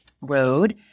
road